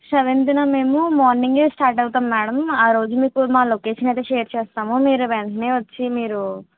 సెవెన్త్న మేము మార్నింగే స్టార్ట్ అవుతాము మేడం ఆ రోజు మీకు మా లొకేషన్ అయితే షేర్ చేస్తాము వెంటనే వచ్చి మీరు